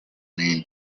main